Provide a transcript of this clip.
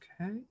okay